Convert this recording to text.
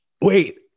Wait